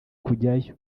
kujyayo